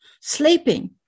sleeping